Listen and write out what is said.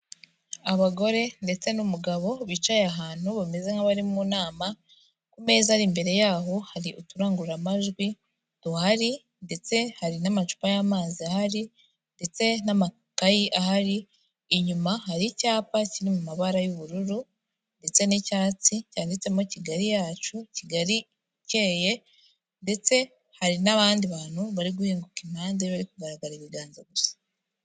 Abagore ndetse n'umugabo bicaye ahantu bameze nk'abari mu nama ku meza hari imbere yaho hari uturangururamajwi duhari ndetse hari n'amacupa y'amazi ahari ndetse n'amakayi ahari, inyuma hari icyapa kiri mu mabara y'ubururu ndetse n'icyatsi cyanditsemo Kigali yacu Kigali ikeye ndetse hari n'abandi bantu bari guhinguka impande bari kugaragara ibiganza gusa.